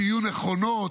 שיהיו נכונות,